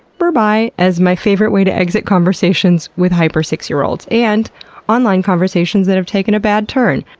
berbye as my favorite way to exit conversations with hyper six-year olds and online conversations that have taken a bad turn.